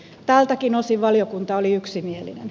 tältäkin osin valiokunta oli yksimielinen